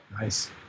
Nice